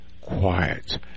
quiet